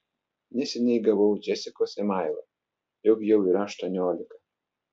neseniai gavau džesikos emailą jog jau yra aštuoniolika